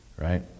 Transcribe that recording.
right